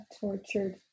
tortured